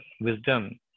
wisdom